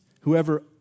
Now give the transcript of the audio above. Whoever